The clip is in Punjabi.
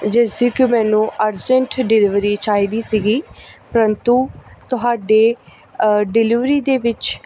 ਜਿਸ ਦੀ ਮੈਨੂੰ ਅਰਜੈਂਟ ਡਿਲੀਵਰੀ ਚਾਹੀਦੀ ਸੀਗੀ ਪਰੰਤੂ ਤੁਹਾਡੇ ਡਿਲੀਵਰੀ ਦੇ ਵਿੱਚ